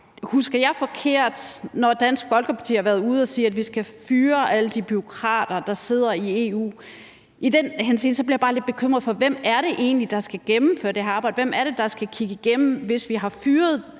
når jeg mindes, at Dansk Folkeparti har været ude og sige, at vi skal fyre alle de bureaukrater, der sidder i EU? I den henseende bliver jeg bare lidt bekymret for, hvem det egentlig er, der skal gennemføre det her arbejde. Hvem er det, der skal kigge det igennem, hvis vi har fyret